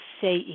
say